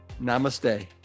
Namaste